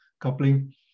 coupling